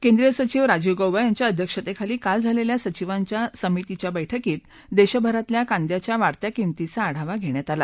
केंद्रीय सचिव राजीव गौबा यांच्या अध्यक्षतेखाली काल झालेल्या सचिवांच्या समितींच्या बैठकीत देशभरातल्या कांद्याच्या वाढत्या किंमतीचा आढावा घेण्यात आला